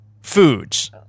foods